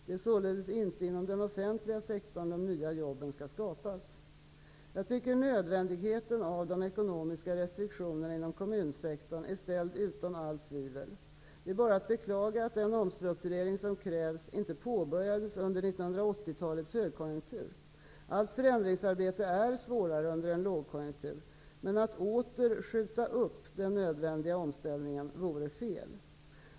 Det är således inte inom den offentliga sektorn de nya jobben skall skapas. Jag tycker nödvändigheten av de ekonomiska restriktionerna inom kommunsektorn är ställd utom allt tvivel. Det är bara att beklaga att den omstrukturering som krävs inte påbörjades under 1980-talets högkonjunktur. Allt förändringsarbete är svårare under en lågkonjunktur. Men att åter skjuta upp den nödvändiga omställningen vore fel.